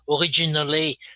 Originally